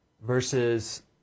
versus